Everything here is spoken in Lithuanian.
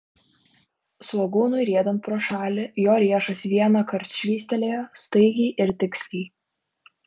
svogūnui riedant pro šalį jo riešas vienąkart švystelėjo staigiai ir tiksliai